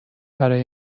برای